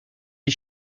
est